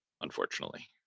unfortunately